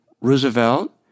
Roosevelt